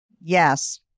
Yes